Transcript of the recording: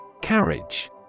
Carriage